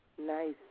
Nice